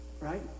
right